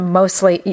mostly